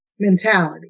mentality